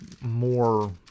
more